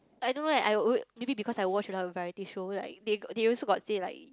I don't know eh I alw~ maybe because I watch a lot of variety show like they they also got say like